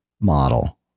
model